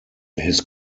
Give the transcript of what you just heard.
his